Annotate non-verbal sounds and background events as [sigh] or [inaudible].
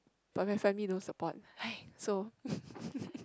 but my family don't support !hais! so [laughs]